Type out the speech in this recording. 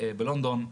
בלונדון,